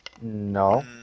No